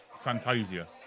Fantasia